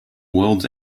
worlds